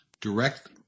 direct